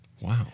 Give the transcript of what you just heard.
Wow